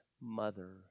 mother